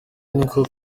niko